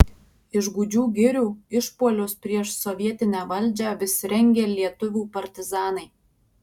iš gūdžių girių išpuolius prieš sovietinę valdžią vis rengė lietuvių partizanai